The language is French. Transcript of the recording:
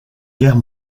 guerre